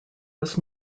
was